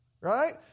right